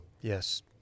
Yes